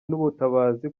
n’ubutabazi